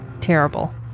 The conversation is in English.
terrible